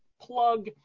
Plug